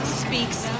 speaks